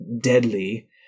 deadly